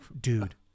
Dude